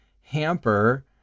hamper